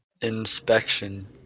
inspection